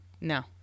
No